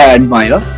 admire